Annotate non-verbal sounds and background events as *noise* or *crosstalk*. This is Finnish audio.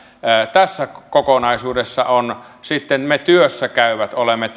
tässä kokonaisuudessa tässä osuudessa sitten me työssä käyvät olemme *unintelligible*